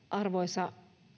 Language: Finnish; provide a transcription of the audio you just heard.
arvoisa